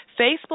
Facebook